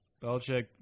Belichick